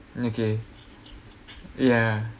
okay ya